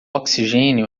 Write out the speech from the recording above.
oxigênio